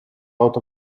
out